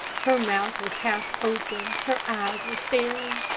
her mouth was half open, her eyes were staring.